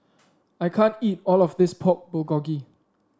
I can't eat all of this Pork Bulgogi